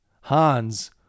Hans